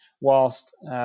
Whilst